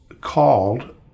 called